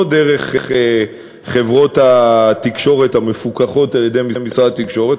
לא דרך חברות התקשורת המפוקחות על-ידי משרד התקשורת,